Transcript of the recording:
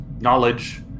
knowledge